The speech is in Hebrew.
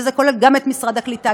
וזה כולל גם את משרד הקליטה,